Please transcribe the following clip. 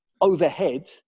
overhead